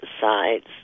sides